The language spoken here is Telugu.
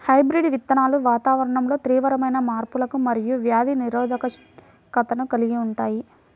హైబ్రిడ్ విత్తనాలు వాతావరణంలో తీవ్రమైన మార్పులకు మరియు వ్యాధి నిరోధకతను కలిగి ఉంటాయి